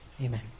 Amen